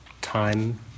time